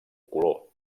color